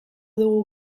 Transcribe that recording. dugu